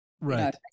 right